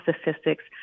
statistics